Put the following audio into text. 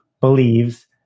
believes